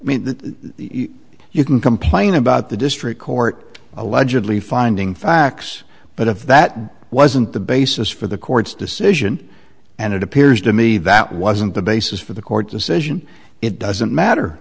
i mean that you can complain about the district court allegedly finding facts but if that wasn't the basis for the court's decision and it appears to me that wasn't the basis for the court decision it doesn't matter